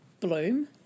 bloom